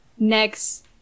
Next